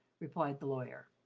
replied the lawyer.